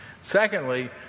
Secondly